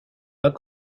pas